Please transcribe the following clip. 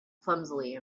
clumsily